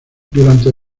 durante